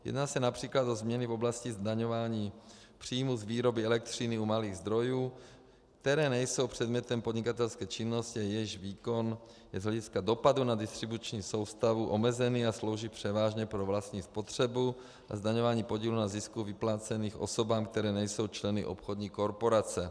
Jedná se např. o změny v oblasti zdaňování příjmů z výroby elektřiny u malých zdrojů, které nejsou předmětem podnikatelské činnosti a jejichž výkon je z hlediska dopadu na distribuční soustavu omezený a slouží převážně pro vlastní spotřebu, a zdaňování podílů na zisku vyplácených osobám, které nejsou členy obchodní korporace.